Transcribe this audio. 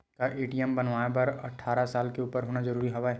का ए.टी.एम बनवाय बर अट्ठारह साल के उपर होना जरूरी हवय?